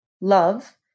love